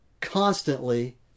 constantly